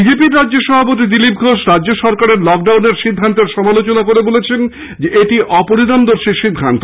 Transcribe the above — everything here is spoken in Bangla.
বিজেপি রাজ্যসভাপতি দিলীপ ঘোষ রাজ্য সরকারের লকডাউনের সিদ্ধান্তের সমালোচনা করে বলেছেন এটি অপরিণামদর্শী সিদ্ধান্ত